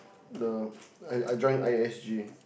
the I I join I S G